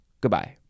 goodbye